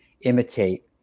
imitate